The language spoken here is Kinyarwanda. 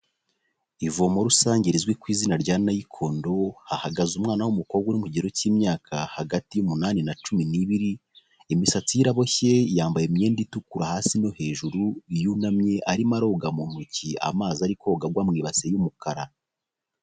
Ivomo rusange rizwi ku izina rya nayikondo, hahagaze umwana w'umukobwa uri mu kigero cy'imyaka hagati y'umunani na cumi n'ibiri, imisatsi ye iraboshye yambaye imyenda itukura hasi no hejuru, yunamye arimo aroga mu ntoki amazi ari koga agwa mu ibase y'umukara.